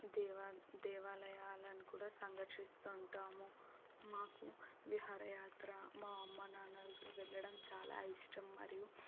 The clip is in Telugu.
దేవా దేవాలయాలను కూడా సందర్శిస్తుంటాము మాకు విహారయాత్ర మా అమ్మ నాన్నలతో వెళ్ళడం చాలా ఇష్టం మరియు